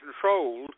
controlled